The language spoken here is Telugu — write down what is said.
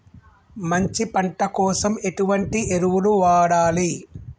మంచి పంట కోసం ఎటువంటి ఎరువులు వాడాలి?